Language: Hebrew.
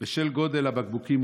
1. בשל גודל הבקבוקים,